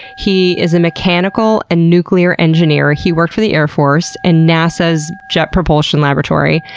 he is a mechanical and nuclear engineer, he worked for the airforce and nasa's jet propulsion laboratory.